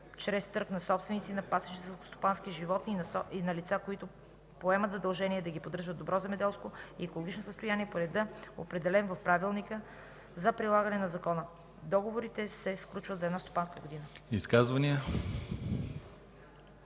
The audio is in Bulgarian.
чрез търг на собственици на пасищни селскостопански животни и на лица, които поемат задължение да ги поддържат в добро земеделско и екологично състояние, по ред, определен в правилника за прилагане на закона. Договорите се сключват за една стопанска година.”